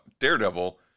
Daredevil